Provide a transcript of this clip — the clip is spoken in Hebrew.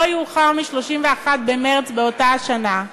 לא יאוחר מ-31 במרס באותה השנה,